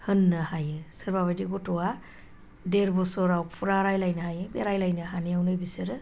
होननो हायो सोरबा बायदि गथ'आ देर बोसोराव फुरा रायज्लायनो हायो बे रायज्लायनो हानायावनो बिसोरो